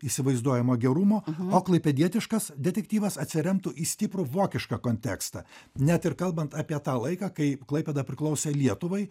įsivaizduojamo gerumo o klaipėdietiškas detektyvas atsiremtų į stiprų vokišką kontekstą net ir kalbant apie tą laiką kai klaipėda priklausė lietuvai